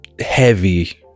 heavy